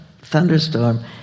thunderstorm